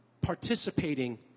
participating